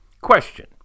Question